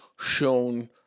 shown